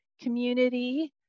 community